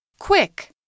Quick